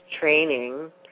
training